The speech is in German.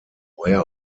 woher